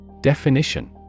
Definition